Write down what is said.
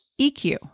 EQ